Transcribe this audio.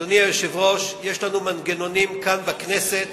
אדוני היושב-ראש, יש לנו מנגנונים כאן, בכנסת